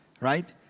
right